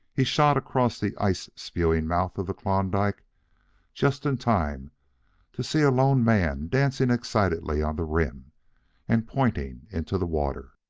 he shot across the ice-spewing mouth of the klondike just in time to see a lone man dancing excitedly on the rim and pointing into the water.